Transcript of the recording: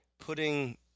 putting